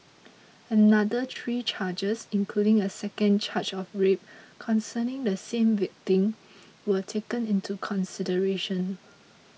another three charges including a second charge of rape concerning the same victim were taken into consideration